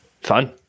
Fun